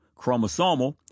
chromosomal